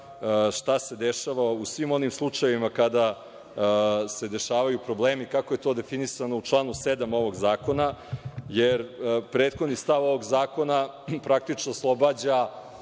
šta se dešava u svim onim slučajevima kada se dešavaju problemi kako je to definisano u članu 7. ovog zakona, jer prethodni stav ovog zakona praktično oslobađa